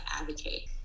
advocate